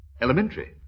Elementary